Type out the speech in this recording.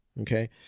okay